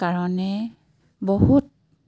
কাৰণে বহুত